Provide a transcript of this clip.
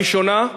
הראשונה,